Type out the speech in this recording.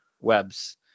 webs